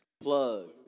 Plug